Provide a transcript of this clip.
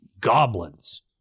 goblins